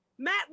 Matt